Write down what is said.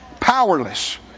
Powerless